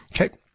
Okay